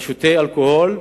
אתה שותה אלכוהול,